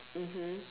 mmhmm